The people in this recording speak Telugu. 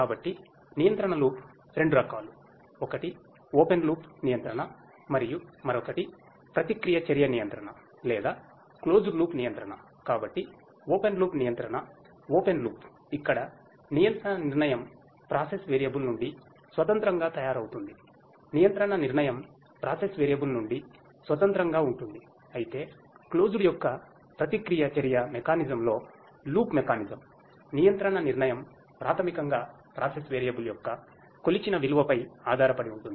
కాబట్టి నియంత్రణ లూప్ యొక్క కొలిచిన విలువపై ఆధారపడి ఉంటుంది